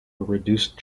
reduced